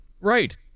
right